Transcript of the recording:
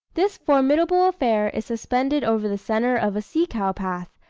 this formidable affair is suspended over the centre of a sea-cow path,